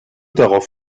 darauf